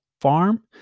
farm